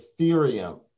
Ethereum